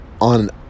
on